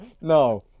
No